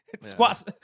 Squats